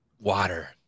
water